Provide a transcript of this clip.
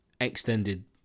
extended